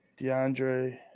DeAndre